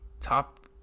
top